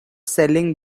selling